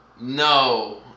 No